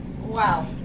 Wow